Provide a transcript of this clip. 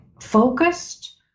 focused